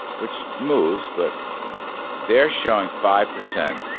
which moves, but they're showing five percent